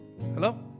Hello